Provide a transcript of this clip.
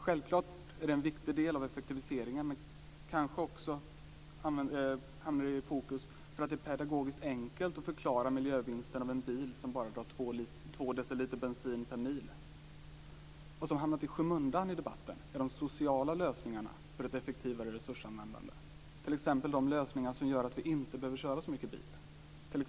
Självfallet är det en viktig del av effektiviseringen, men det kanske också hamnar i fokus därför att det är pedagogiskt enkelt att förklara miljövinsten av en bil som bara drar två deciliter bensin per mil. Vad som har hamnat i skymundan i debatten är de sociala lösningarna för ett effektivare resursanvändande, t.ex. de lösningar som gör att vi inte behöver köra så mycket bil.